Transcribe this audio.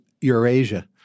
Eurasia